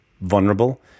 vulnerable